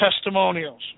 testimonials